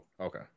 Okay